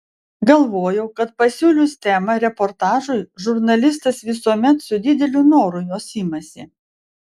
galvojau kad pasiūlius temą reportažui žurnalistas visuomet su dideliu noru jos imasi